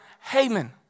Haman